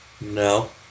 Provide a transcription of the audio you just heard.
No